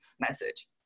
message